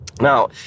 Now